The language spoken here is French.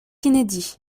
inédit